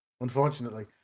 Unfortunately